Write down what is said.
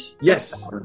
Yes